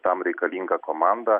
tam reikalinga komanda